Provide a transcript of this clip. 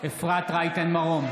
אפרת רייטן מרום,